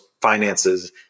finances